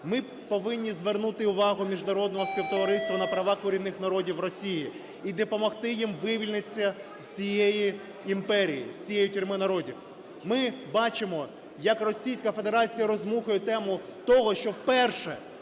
Ми повинні звернути увагу міжнародного співтовариства на права корінних народів Росії і допомогти їм вивільнитися з цієї імперії, з цієї тюрми народів. Ми бачимо, як Російська Федерація роздмухує тему того, що вперше,